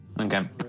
Okay